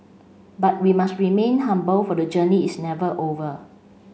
but we must remain humble for the journey is never over